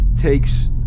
takes